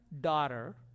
daughter